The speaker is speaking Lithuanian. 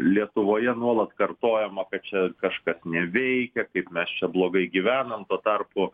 lietuvoje nuolat kartojama kad čia kažkas neveikia kaip mes čia blogai gyvenam tuo tarpu